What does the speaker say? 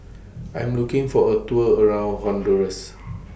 I Am looking For A Tour around Honduras